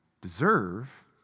deserve